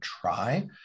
try